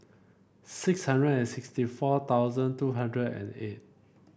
six hundred and sixty four thousand two hundred and eight